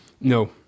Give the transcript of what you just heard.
No